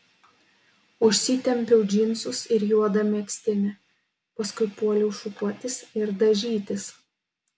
užsitempiau džinsus ir juodą megztinį paskui puoliau šukuotis ir dažytis